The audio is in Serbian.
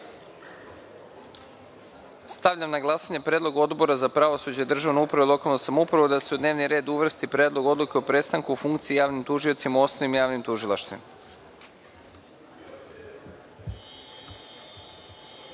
na glasanje predlog Odbora za pravosuđe, državnu upravu i lokalnu samoupravu da se u dnevni red uvrsti Predlog odluke o prestanku funkcije javnim tužiocima u osnovnim javnim tužilaštvima. Molim